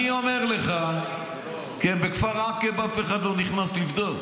אני אומר לך, בכפר עקב אף אחד לא נכנס לבדוק.